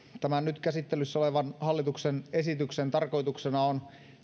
tämän nyt käsittelyssä olevan hallituksen esityksen tarkoituksena on